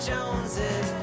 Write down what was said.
Joneses